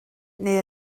neu